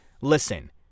listen